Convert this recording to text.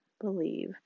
believe